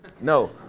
No